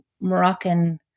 Moroccan